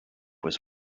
was